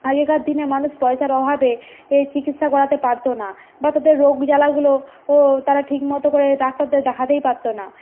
আগেকার দিনে মানুষ পয়সার অভাবে এই চিকিৎসা করাতে পারত না বা তাদের রোগ জ্বালাগুলোও ও তারা ঠিকমতো করে ডাক্তার দেখাতেই পারত না